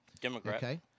Democrat